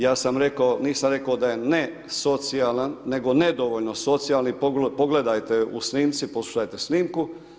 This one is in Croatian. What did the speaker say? Ja sam rekao, nisam rekao da je nesocijalan nego nedovoljno socijalni, pogledate u snimci, poslušajte snimku.